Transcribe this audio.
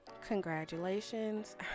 congratulations